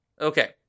Okay